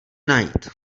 najít